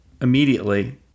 immediately